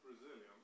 Brazilian